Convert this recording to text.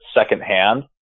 secondhand